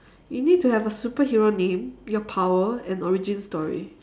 you need to have a superhero name your power and origin story